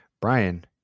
Brian